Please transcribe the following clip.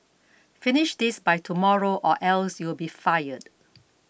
finish this by tomorrow or else you'll be fired